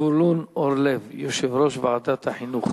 זבולון אורלב, יושב-ראש ועדת החינוך.